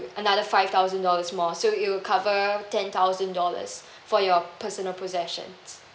another five thousand dollars more so it will cover ten thousand dollars for your personal possessions